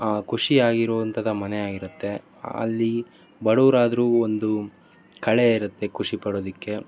ಖುಷಿ ಆಗಿರುವಂಥದ್ದು ಮನೆ ಆಗಿರುತ್ತೆ ಅಲ್ಲಿ ಬಡವರಾದ್ರು ಒಂದು ಕಳೆ ಇರುತ್ತೆ ಖುಷಿ ಪಡೋದಿಕ್ಕೆ